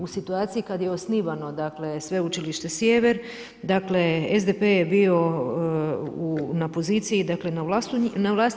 U situaciji kad je osnivano sveučilište Sjever, dakle, SDP je bio na poziciji dakle, na vlasti.